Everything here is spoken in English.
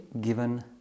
given